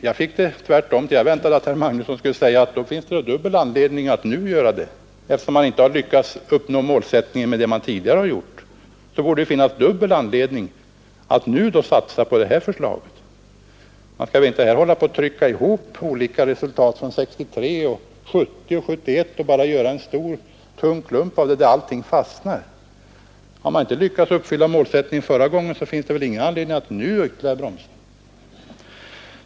Jag vet inte vilken slutledning herr Magnusson egentligen gjorde, men hos mig blev det tvärtom, nämligen att det borde finnas dubbel anledning att satsa på det föreliggande förslaget, eftersom man enligt herr Magnusson inte lyckats uppnå tidigare målsättningar. — Man skall väl inte hålla på och trycka ihop olika resultat från 1963, 1970 och 1971 till en stor tung klump, där allting fastnar. Har man inte lyckats uppfylla målsättningarna förra gången finns det väl ingen anledning att bromsa ytterligare!